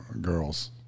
Girls